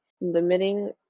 limiting